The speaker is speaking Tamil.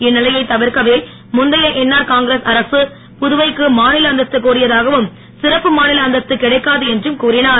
இந்நிலையைத் தவிர்க்கவே முந்தைய என்ஆர் காங்கிரஸ் அரசு புதுவைக்கு மாநில அந்தஸ்து கோரியதாகவும் சிறப்பு மாநில அந்தஸ்து கிடைக்காது என்றும் கூறிஞர்